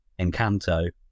Encanto